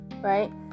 right